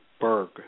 Berg